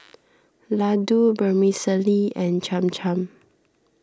Ladoo Vermicelli and Cham Cham